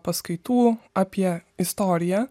paskaitų apie istoriją